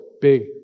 big